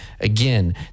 Again